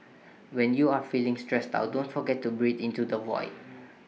when you are feeling stressed out don't forget to breathe into the void